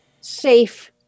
safe